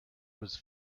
was